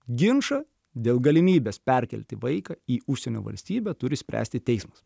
ginčą dėl galimybės perkelti vaiką į užsienio valstybę turi spręsti teismas